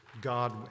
God